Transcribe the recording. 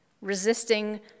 resisting